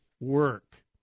Work